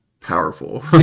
powerful